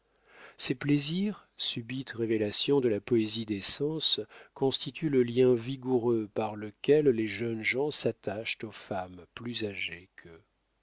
ces plaisirs subite révélation de la poésie des sens constituent le lien vigoureux par lequel les jeunes gens s'attachent aux femmes plus âgées qu'eux